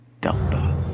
Delta